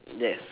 yes